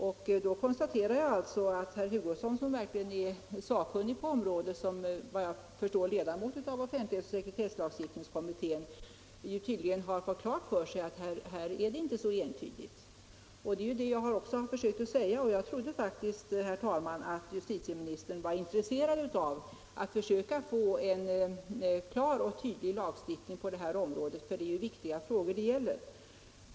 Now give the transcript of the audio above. Jag konstaterar alltså att herr Hugosson, som verkligen är sakkunnig på området såsom ledamot av offentlighetsoch sekretesslagstiftningskommittén, har varit fullt medveten om att de nuvarande sekretessbestämmelserna inte är så entydiga. Det är vad jag också försökt säga, och jag trodde faktiskt, herr talman, att justitieministern var intresserad av att försöka få en klar och tydlig lagstiftning på detta område, eftersom det ju är viktiga frågor det gäller.